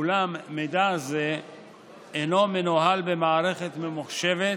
אולם מידע זה אינו מנוהל במערכת ממוחשבת